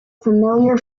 familiar